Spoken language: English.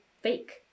fake